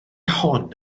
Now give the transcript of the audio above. hon